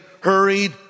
hurried